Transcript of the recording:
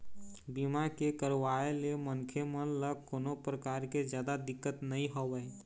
बीमा के करवाय ले मनखे मन ल कोनो परकार के जादा दिक्कत नइ होवय